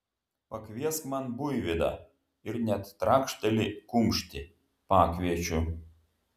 pakviesk man buivydą ir net trakšteli kumštį pakviečiu